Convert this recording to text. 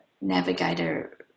navigator